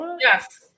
Yes